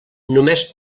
només